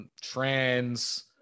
trans